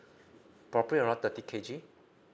probably around thirty K_G